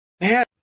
Man